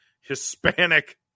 hispanic